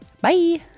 Bye